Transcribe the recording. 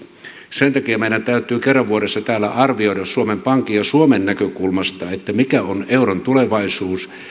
sen takia meidän täytyy kerran vuodessa täällä arvioida suomen pankin ja suomen näkökulmasta mikä on euron tulevaisuus